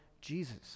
Jesus